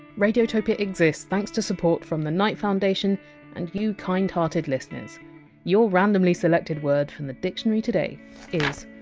radiotopia exists thanks to support from the knight foundation and you kind-hearted listeners your randomly selected word from the dictionary today is!